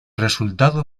resultado